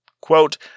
Quote